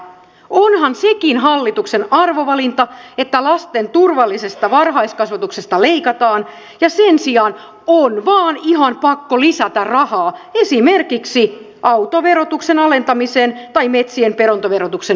onhan sekin hallituksen arvovalinta että lasten turvallisesta varhaiskasvatuksesta leikataan ja sen sijaan on vain ihan pakko lisätä rahaa esimerkiksi autoverotuksen alentamiseen tai metsien perintöverotuksen huojentamiseen